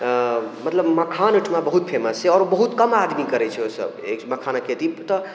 अऽ मतलब मखान अहिठमा बहुत फेमस छै आओर बहुत कम आदमी करै छै ओ सभ ए मखानक खेती तऽ